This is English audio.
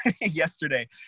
yesterday